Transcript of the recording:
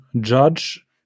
judge